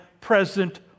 present